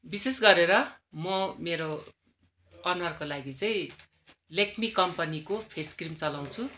विशेष गरेर म मेरो अनुहारको लागि चाहिँ लेक्मी कम्पनीको फेस क्रिम चलाउँछु